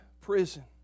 prison